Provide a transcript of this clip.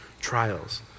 trials